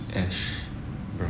hash brown